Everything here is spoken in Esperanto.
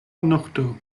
nokto